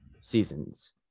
season's